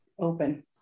open